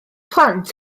plant